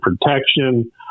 protection